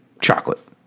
chocolate